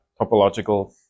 topological